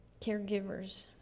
caregivers